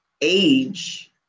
age